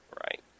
Right